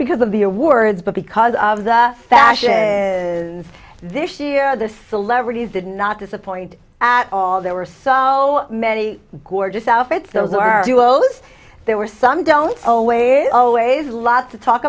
because of the awards but because of the fashion this year the celebrities did not disappoint at all there were so many gorgeous outfits those are those there were some don't always always a lot to talk